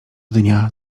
dnia